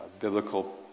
biblical